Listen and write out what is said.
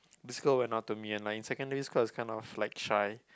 this girl went up to me and like in secondary school I was kind of like shy